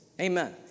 Amen